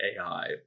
AI